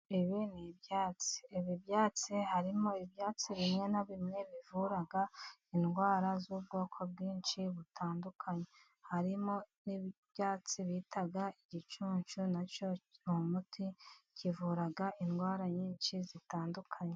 Ibi ni ibyatsi ,ibi byatsi harimo ibyatsi bimwe na bimwe bivura indwara z'ubwoko bwinshi butandukanye, harimo n'ibyatsi bita igicucu na cyo ni umuti kivura indwara nyinshi zitandukanye.